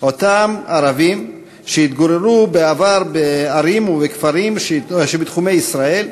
אותם ערבים שהתגוררו בעבר בערים ובכפרים שבתחומי ישראל,